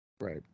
Right